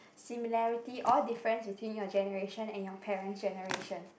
similarity or difference between your generation and your parent's generation